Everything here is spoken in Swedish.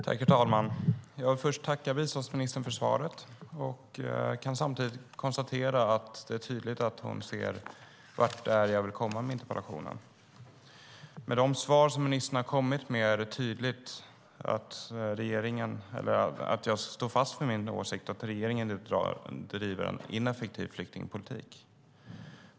Herr talman! Jag tackar biståndsministern för svaret och kan konstatera att det är tydligt att hon ser vart jag vill komma med min interpellation. Ministerns svar får mig dock att stå fast vid min åsikt att regeringen bedriver en ineffektiv flyktingpolitik.